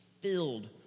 filled